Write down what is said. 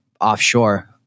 offshore